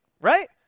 right